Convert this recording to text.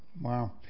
wow